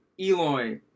Eloy